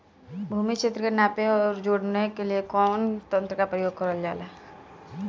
भूमि क्षेत्र के नापे आउर जोड़ने के लिए कवन तंत्र का प्रयोग करल जा ला?